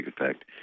effect